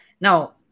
Now